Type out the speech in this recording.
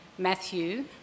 Matthew